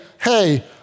hey